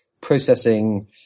processing